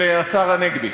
של השר הנגבי.